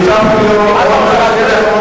זה לא סותר, אני לא אומר שזה סותר.